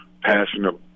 passionate